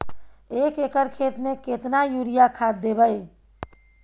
एक एकर खेत मे केतना यूरिया खाद दैबे?